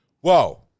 whoa